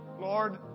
Lord